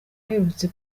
aherutse